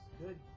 Good